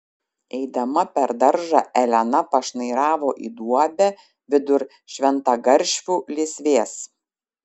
eidama per daržą elena pašnairavo į duobę vidur šventagaršvių lysvės